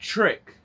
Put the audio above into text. Trick